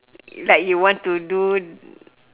like you want to do